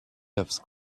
loves